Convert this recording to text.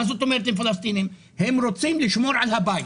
הווי אומר שהם רוצים לשמור על ביתם,